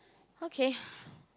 okay